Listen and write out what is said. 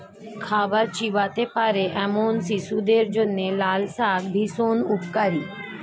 খাবার চিবোতে পারে এমন শিশুদের জন্য লালশাক ভীষণ উপকারী